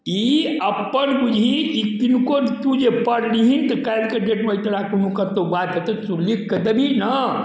ई अपन बुझी ई किनको तू जे पढ़बिही तऽ काल्हिके डेटमे जे तोरा कतौ कोनो बात हेतौ तू लिखके देबही ने